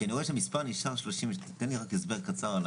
כי אני רואה שהמספר נשאר 37.5. תן לי רק הסבר קצר.